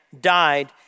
died